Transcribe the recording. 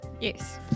Yes